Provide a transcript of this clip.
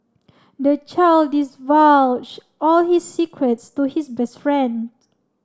the child divulged all his secrets to his best friend